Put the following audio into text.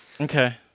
Okay